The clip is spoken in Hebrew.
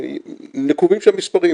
נקובים שם מספרים,